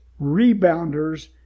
rebounders